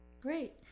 Great